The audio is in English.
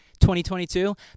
2022